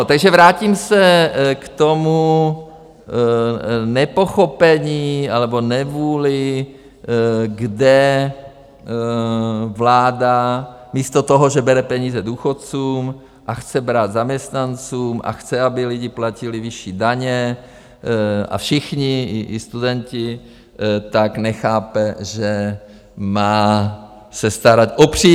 Takže vrátím se k tomu nepochopení anebo nevůli, kde vláda místo toho, že bere peníze důchodcům a chce brát zaměstnancům a chce, aby lidi platili vyšší daně, všichni, i studenti, tak nechápe, že se má starat o příjmy.